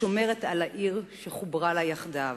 השומרת על העיר שחוברה לה יחדיו.